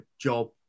job